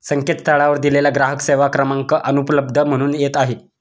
संकेतस्थळावर दिलेला ग्राहक सेवा क्रमांक अनुपलब्ध म्हणून येत आहे